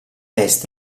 est